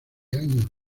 años